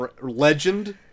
Legend